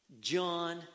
John